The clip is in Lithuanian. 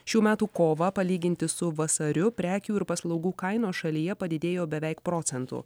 šių metų kovą palyginti su vasariu prekių ir paslaugų kainos šalyje padidėjo beveik procentu